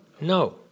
No